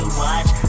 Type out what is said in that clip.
watch